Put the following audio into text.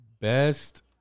Best